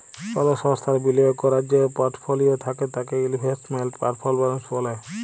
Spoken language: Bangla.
কল সংস্থার বিলিয়গ ক্যরার যে পরটফলিও থ্যাকে তাকে ইলভেস্টমেল্ট পারফরম্যালস ব্যলে